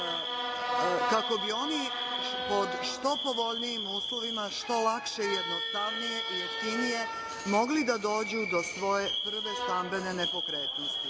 kako bi oni pod što povoljnijim uslovima što lakše i jednostavnije i jeftinije mogli da dođu do svoje prve stambene nepokretnosti. Naglašavam